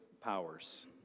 powers